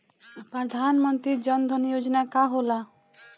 प्रधानमंत्री जन धन योजना का होला?